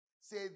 Say